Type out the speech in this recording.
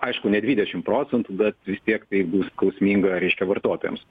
aišku ne dvidešim procentų bet vis tiek tai bus skausminga reiškia vartotojams